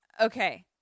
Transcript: Okay